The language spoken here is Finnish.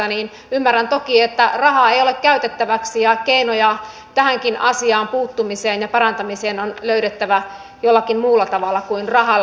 ymmärrän toki että rahaa ei ole käytettäväksi ja keinoja tähänkin asiaan puuttumiseen ja sen parantamiseen on löydettävä jollakin muulla tavalla kuin rahalla